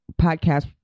podcast